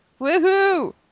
Woohoo